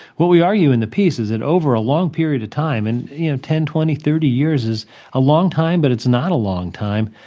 what we are you in the piece is that over a long period of time and you know, ten, twenty, thirty years is a long time but it's not a long time,